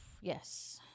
Yes